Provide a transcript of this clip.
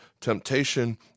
temptation